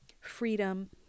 freedom